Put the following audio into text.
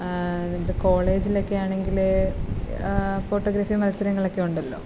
കോളേജിലൊക്കെ ആണെങ്കിൽ ഫോട്ടോഗ്രാഫി മത്സരങ്ങളൊക്കെ ഉണ്ടല്ലോ